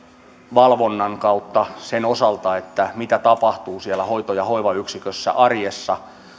valvonnan kautta sen osalta mitä tapahtuu siellä hoito ja hoivayksikössä arjessa